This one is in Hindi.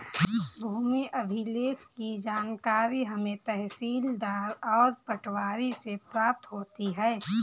भूमि अभिलेख की जानकारी हमें तहसीलदार और पटवारी से प्राप्त होती है